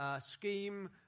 scheme